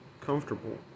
comfortable